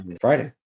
Friday